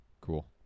Cool